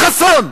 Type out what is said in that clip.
חבר הכנסת חסון.